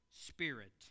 spirit